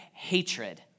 Hatred